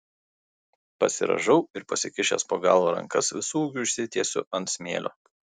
pasirąžau ir pasikišęs po galva rankas visu ūgiu išsitiesiu ant smėlio